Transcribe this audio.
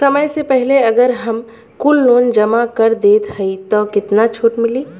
समय से पहिले अगर हम कुल लोन जमा कर देत हई तब कितना छूट मिली?